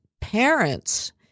parents